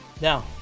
now